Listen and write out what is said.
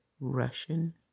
Russian